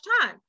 time